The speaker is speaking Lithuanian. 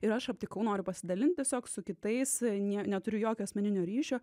ir aš aptikau noriu pasidalint tiesiog su kitais ne neturiu jokio asmeninio ryšio